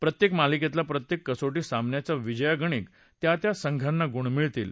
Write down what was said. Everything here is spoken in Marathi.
प्रत्येक मालिकेतल्या प्रत्येक कसोटी सामन्याच्या विजयागणिक त्या त्या संघांना गुण मिळतील